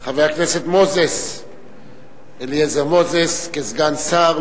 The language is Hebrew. חבר הכנסת אליעזר מוזס כסגן שר,